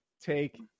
take